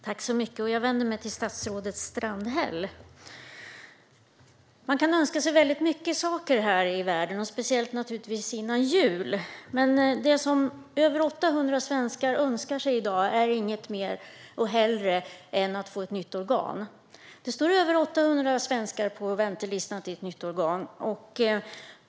Herr talman! Jag vänder mig till statsrådet Strandhäll. Man kan önska sig väldigt många saker här i världen, speciellt före jul. Men det som över 800 svenskar i dag önskar sig över allt annat är att få ett nytt organ. Över 800 svenskar står på väntelistan för att få ett nytt organ.